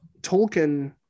Tolkien